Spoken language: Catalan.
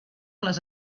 les